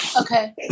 Okay